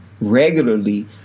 regularly